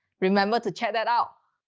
remember to check that out.